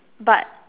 but